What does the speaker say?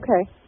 Okay